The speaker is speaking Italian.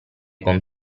con